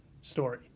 story